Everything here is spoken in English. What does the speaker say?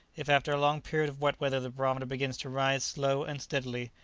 if after a long period of wet weather the barometer begins to rise slowly and steadily,